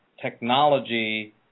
technology